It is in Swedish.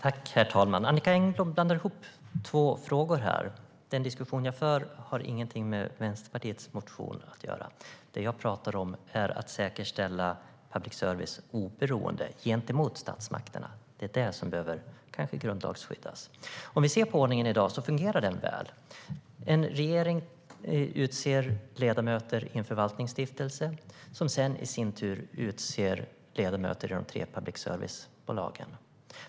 Herr talman! Annicka Engblom blandar ihop två frågor. Den diskussion jag för har inget med Vänsterpartiets motion att göra. Jag talar om att säkerställa public services oberoende gentemot statsmakterna. Det är det som kan behöva grundlagsskyddas.I dag fungerar ordningen väl. En regering utser ledamöter i en förvaltningsstiftelse som sedan i sin tur utser ledamöter i de tre public service-bolagen.